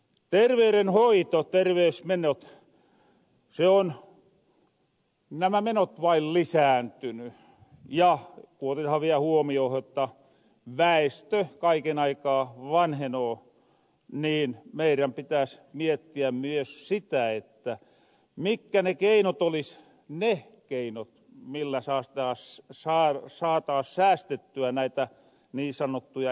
terveyrenhoito terveysmenot nämä menot on vain lisääntyny ja kun otetahan vielä huomiohon jotta väestö kaiken aikaa vanhenoo niin meirän pitäs miettiä myös sitä mikkä ne keinot olis ne keinot millä saataas säästettyä näitä niin sanottuja ekonomisia menoja